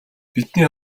бидний